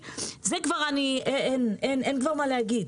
אין כבר מה להגיד,